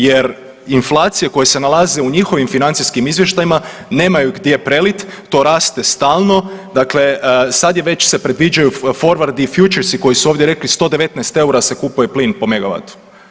Jer inflacije koje se nalaze u njihovim financijskim izvještajima nemaju gdje preliti, to raste stalno dakle sad je već se predviđaju fordvardi i fjučerski koji su ovdje rekli 119 EUR-a se kupuje plin po magavatu.